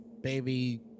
Baby